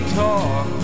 talk